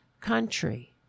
country